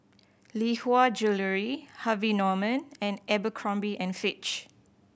Lee Hwa Jewellery Harvey Norman and Abercrombie and Fitch